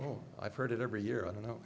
just i've heard it every year i don't know